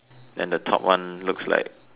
then the top one looks like